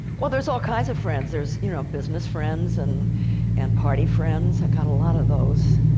well, there's all kinds of friends. there's you know business friends, and and party friends, i've got a lot of those.